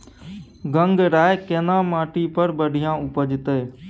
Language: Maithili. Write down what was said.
गंगराय केना माटी पर बढ़िया उपजते?